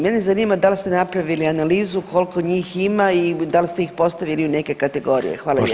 Mene zanima dal ste napravili analizu kolko njih ima i dal ste ih postavili u neke kategorije?